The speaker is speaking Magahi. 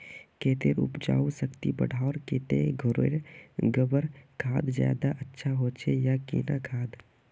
खेतेर उपजाऊ शक्ति बढ़वार केते घोरेर गबर खाद ज्यादा अच्छा होचे या किना खाद?